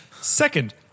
Second